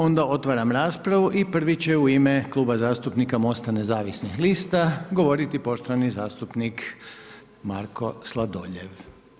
Onda otvaram raspravu i prvi će u ime Kluba zastupnika Mosta nezavisnih lista, govoriti poštovani zastupnik Marko Sladoljev.